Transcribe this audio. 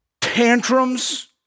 tantrums